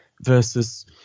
versus